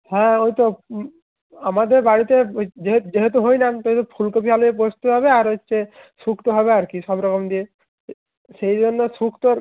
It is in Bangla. হ্যাঁ ওই তো আমাদের বাড়িতে ওই যেহেতু হরিনাম সেহেতু ফুলকপি আলুয়ে পোস্ত হবে আর হচ্ছে শুক্তো হবে আর কি সব রকম দিয়ে সেই জন্য শুক্তোর